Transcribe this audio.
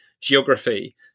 geography